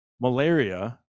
malaria